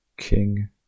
king